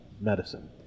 medicine